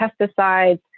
pesticides